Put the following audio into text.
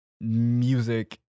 music